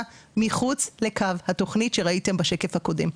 מחוץ לקו התוכנית שראיתם בשקף הקודם.